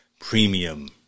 premium